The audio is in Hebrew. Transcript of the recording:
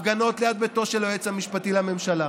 הפגנות ליד ביתו של היועץ המשפטי לממשלה,